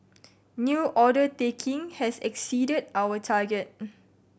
new order taking has exceeded our target